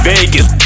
Vegas